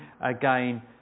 again